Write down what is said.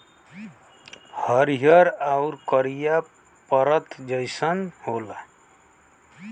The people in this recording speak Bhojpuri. हरिहर आउर करिया परत जइसन होला